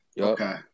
Okay